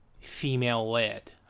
female-led